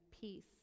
peace